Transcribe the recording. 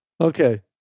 Okay